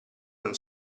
non